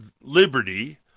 liberty